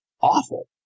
awful